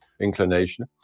inclination